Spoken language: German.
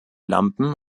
lampen